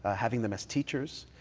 ah having them as teachers.